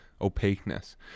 opaqueness